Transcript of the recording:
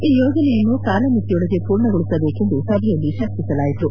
ಈ ಯೋಜನೆಯನ್ನು ಕಾಲಮಿತಿಯೊಳಗೆ ಪೂರ್ಣಗೊಳಿಸಬೇಕೆಂದು ಸಭೆಯಲ್ಲಿ ಚರ್ಚಿಸಲಾಯಿತು